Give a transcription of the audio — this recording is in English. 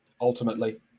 ultimately